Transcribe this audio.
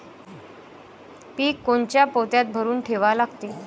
पीक कोनच्या पोत्यात भरून ठेवा लागते?